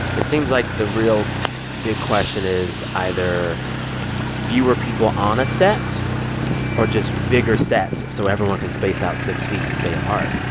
it seems like the real big question is either fewer people on a set or just bigger sets so everyone can space out six feet and stay apart.